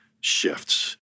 shifts